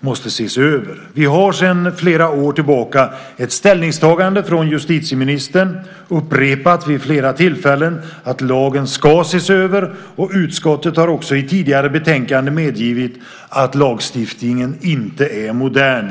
måste ses över. Vi har sedan flera år tillbaka ett ställningstagande från justitieministern, upprepat vid flera tillfällen, att lagen ska ses över. Utskottet har också i ett tidigare betänkande medgivit att lagstiftningen inte är modern.